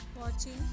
watching